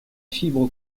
fibre